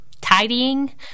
Tidying